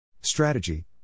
Strategy